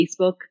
Facebook